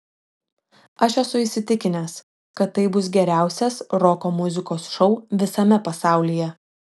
aš esu įsitikinęs kad tai bus geriausias roko muzikos šou visame pasaulyje